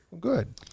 Good